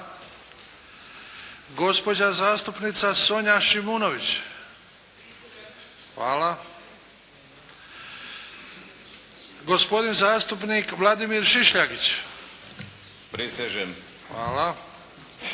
gospodin zastupnik Vladimir Šišljagić –